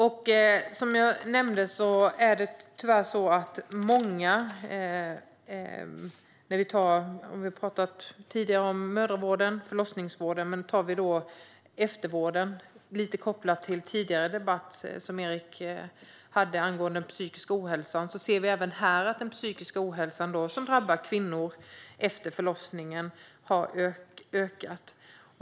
Vi har tidigare pratat om mödravården och förlossningsvården. När det gäller eftervården, kopplat till Erik Anderssons interpellation om den psykiska ohälsan, ser vi även här att den psykiska ohälsa som drabbar kvinnor efter förlossningen har ökat.